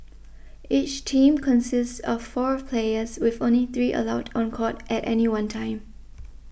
each team consists of four players with only three allowed on court at any one time